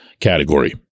category